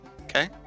Okay